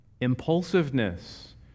Impulsiveness